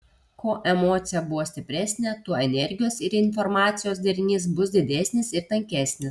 kuo emocija buvo stipresnė tuo energijos ir informacijos darinys bus didesnis ir tankesnis